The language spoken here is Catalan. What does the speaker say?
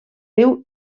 riu